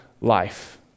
life